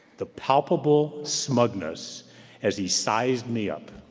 the palpable smugness as he sized me up.